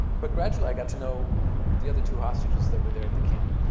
but gradually, i got to know the other two hostages that were there at the camp,